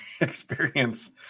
experience